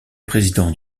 président